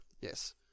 Yes